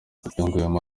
yungamo